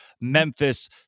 Memphis